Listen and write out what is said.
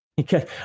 okay